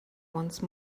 once